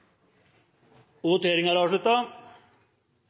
5 er avslutta.